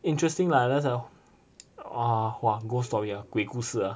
interesting lah that's a !wah! !wah! ghost story ah 鬼故事 ah